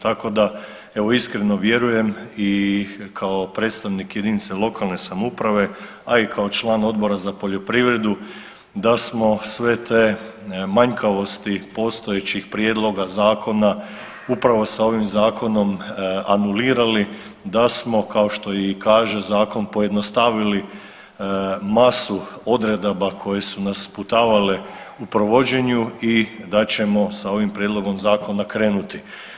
Tako da evo iskreno vjerujem i kao predstavnik jedinice lokalne samouprave, a i kao član Odbora za poljoprivredu da smo sve te manjkavosti postojećih prijedloga zakona upravo sa ovim zakonom anulirali, da smo kao što i kaže zakon pojednostavili masu odredaba koje su nas sputavale u provođenju i da ćemo sa ovim prijedlogom zakona krenuti.